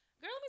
girl